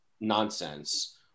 nonsense